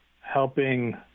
helping